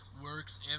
Works